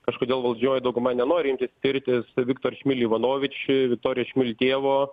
kažkodėl valdžioj dauguma nenori imtis tirtis viktor šmili ivanoviči vitorija šmil tėvo